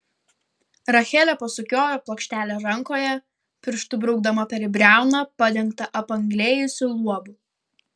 rachelė pasukiojo plokštelę rankoje pirštu braukdama per briauną padengtą apanglėjusiu luobu